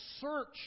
search